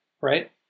right